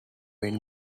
when